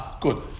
Good